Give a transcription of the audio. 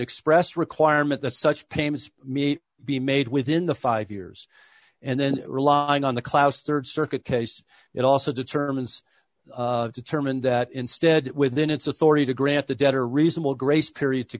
express requirement the such payments meet be made within the five years and then relying on the clouds rd circuit case it also determines determined that instead within its authority to grant the debtor reasonable grace period to